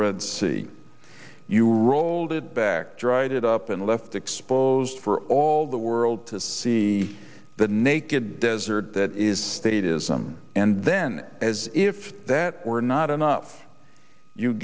red sea you rolled it back dried it up and left exposed for all the world to see the naked desert that is state ism and then as if that were not enough you